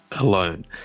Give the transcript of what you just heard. alone